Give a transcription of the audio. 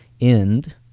end